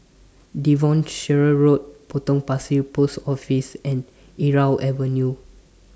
Devonshire Road Potong Pasir Post Office and Irau Avenue